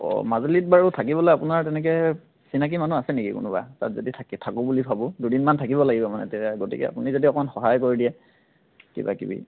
অঁ মাজুলীত বাৰু থাকিবলৈ আপোনাৰ তেনেকৈ চিনাকী মানুহ আছে নেকি কোনোবা তাত যদি থাকি থাকো বুলি ভাবোঁ দুদিনমান থাকিব লাগিব মানে তেতিয়া গতিকে আপুনি যদি অকণমান সহায় কৰি দিয়ে কিবা কিবি